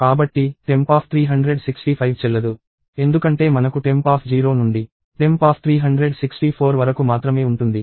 కాబట్టి temp365 చెల్లదు ఎందుకంటే మనకు temp0 నుండి temp364 వరకు మాత్రమే ఉంటుంది